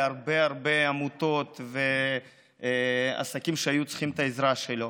להרבה הרבה עמותות ועסקים שהיו צריכים את העזרה שלו.